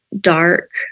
dark